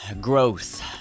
Growth